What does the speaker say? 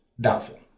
Doubtful